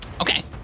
Okay